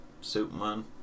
Superman